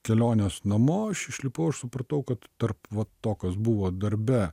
kelionės namo aš išlipau aš supratau kad tarp to kas buvo darbe